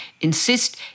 insist